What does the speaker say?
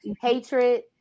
hatred